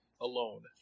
alone